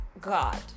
god